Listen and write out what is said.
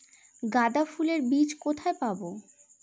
গাঁদা ফুলের বীজ কোথায় পাবো?